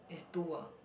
is two ah